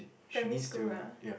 primary school ah